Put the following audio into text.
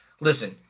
Listen